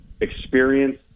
experience